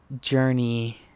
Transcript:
journey